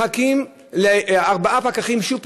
מחכים ארבעה פקחים שוב,